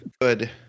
Good